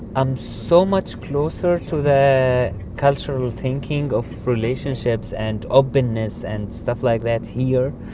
i'm so much closer to the cultural thinking of relationships and openness and stuff like that here